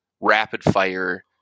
rapid-fire